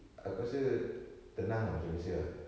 aku rasa tenang ah macam biasa ah